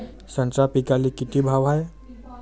संत्रा पिकाले किती भाव हाये?